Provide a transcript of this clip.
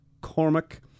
Cormac